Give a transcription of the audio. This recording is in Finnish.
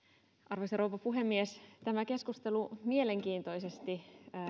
arvoisa rouva puhemies tämä keskustelu mielenkiintoisesti